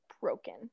broken